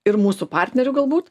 ir mūsų partneriu galbūt